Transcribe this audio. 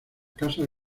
casas